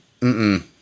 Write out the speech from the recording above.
Mm-mm